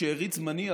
שארית זמני,